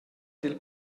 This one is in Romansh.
dil